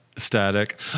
static